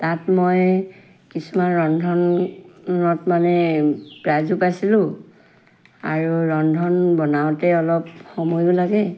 তাত মই কিছুমান ৰন্ধনত মানে প্ৰাইজো পাইছিলোঁ আৰু ৰন্ধন বনাওঁতে অলপ সময়ো লাগে